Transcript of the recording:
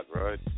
right